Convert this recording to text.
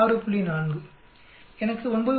3 எனக்கு 9